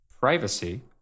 privacy